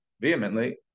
vehemently